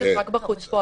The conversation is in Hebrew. רק בחוץ.